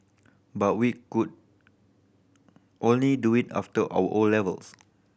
but we could only do it after our 'O' levels